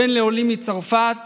בן לעולים מצרפת